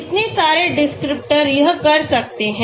इतने सारे डिस्क्रिप्टर यह कर सकते हैं